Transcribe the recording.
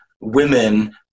women